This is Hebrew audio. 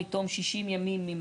אנחנו מציעים בסוף הסעיף להוסיף "למעט